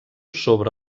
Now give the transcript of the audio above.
sobre